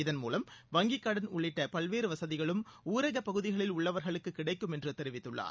இதன் மூலம் வங்கி கடன் உள்ளிட்ட பல்வேறு வசதிகளும் ஊரகப்பகுதிகளில் உள்ளவர்களுக்கு கிடைக்கும் என்று தெரிவித்துள்ளார்